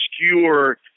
obscure